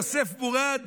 יוסף מורד